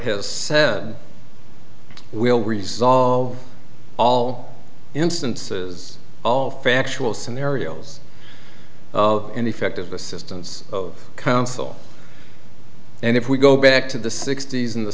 has said we will resolve all instances all factual scenarios of ineffective assistance of counsel and if we go back to the sixty's in the